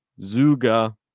Zuga